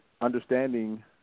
understanding